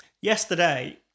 yesterday